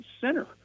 center